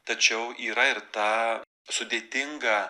tačiau yra ir ta sudėtinga